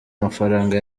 mafaranga